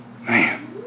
Man